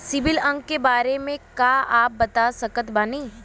CIBIL अंक के बारे मे का आप बता सकत बानी?